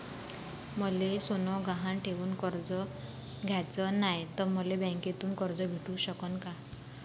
मले सोनं गहान ठेवून कर्ज घ्याचं नाय, त मले बँकेमधून कर्ज भेटू शकन का?